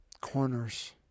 corners